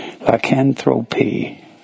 lycanthropy